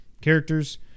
characters